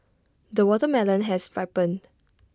the watermelon has ripened